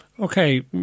Okay